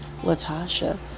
Latasha